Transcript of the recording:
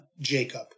Jacob